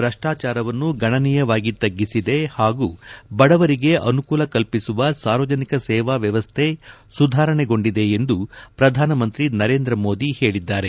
ಭ್ರಷ್ಟಾಚಾರವನ್ನು ಗಣನೀಯವಾಗಿ ತಗ್ಗಿಸಿದೆ ಹಾಗೂ ಬಡವರಿಗೆ ಅನುಕೂಲ ಕಲ್ಪಿಸುವ ಸಾರ್ವಜನಿಕ ಸೇವಾ ವ್ಯವಸ್ಥೆ ಸುಧಾರಣೆಗೊಂಡಿದೆ ಪ್ರಧಾನಮಂತ್ರಿ ನರೇಂದ್ರ ಮೋದಿ ಹೇಳಿದ್ದಾರೆ